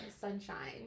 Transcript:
sunshine